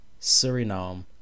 Suriname